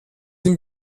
den